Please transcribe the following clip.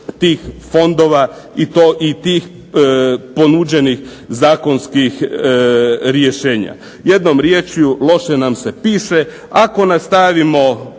tih fondova i to, i tih ponuđenih zakonskih rješenja. Jednom riječju loše nam se piše, ako nastavimo